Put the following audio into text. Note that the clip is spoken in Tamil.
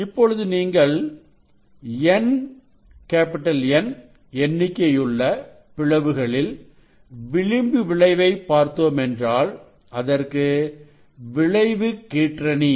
இப்பொழுது நீங்கள் N எண்ணிக்கையுள்ள பிளவுகளில் விளிம்பு விளைவை பார்த்தோமென்றால் அதற்கு விளைவுக் கீற்றணி